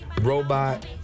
robot